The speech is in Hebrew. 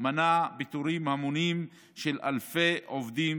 מנע פיטורים המוניים של אלפי עובדים